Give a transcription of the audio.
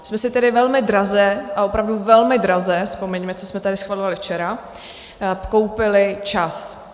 My jsme si tedy velmi draze, opravdu velmi draze, vzpomeňme, co jsme tady schvalovali včera, koupili čas.